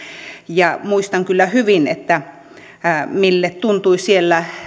ja muistan kyllä hyvin miltä tuntui siellä